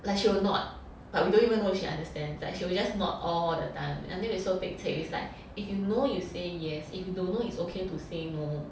like she will nod but we don't even know if she understands like she will just nod all the time until we so pek-cek it's like if you know you say yes if you don't know it's okay to say no